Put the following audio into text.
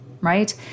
right